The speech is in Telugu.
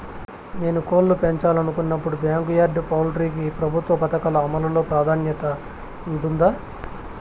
నేను కోళ్ళు పెంచాలనుకున్నపుడు, బ్యాంకు యార్డ్ పౌల్ట్రీ కి ప్రభుత్వ పథకాల అమలు లో ప్రాధాన్యత ఉంటుందా?